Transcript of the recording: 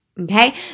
Okay